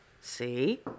See